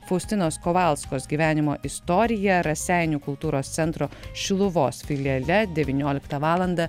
faustinos kovalskos gyvenimo istoriją raseinių kultūros centro šiluvos filiale devynioliktą valandą